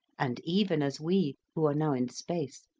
and even as we, who are now in space,